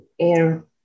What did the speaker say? air